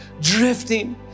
drifting